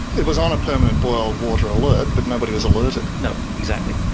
it was on a permanent boil water alert but nobody was alerted. no, exactly.